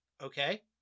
okay